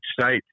site